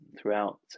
throughout